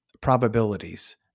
probabilities